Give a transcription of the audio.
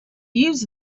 use